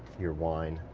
your wine.